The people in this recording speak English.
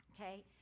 Okay